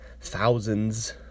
thousands